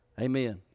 Amen